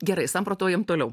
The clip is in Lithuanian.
gerai samprotaujam toliau